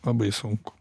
labai sunku